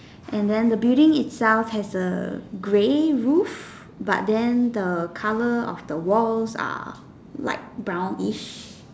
and then the building itself has a grey roof but then the colour of the walls are light brownish